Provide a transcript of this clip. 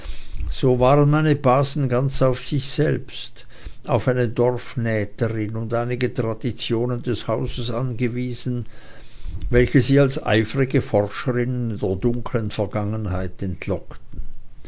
so waren meine basen ganz auf sich selbst auf eine dorfnähterin und auf einige traditionen des hauses gewiesen welche sie als eifrige forscherinnen der dunklen vergangenheit entlockten